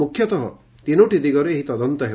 ମୁଖ୍ୟତଃ ତିନୋଟି ଦିଗରେ ଏହି ତଦନ୍ତ ହେବ